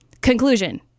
Conclusion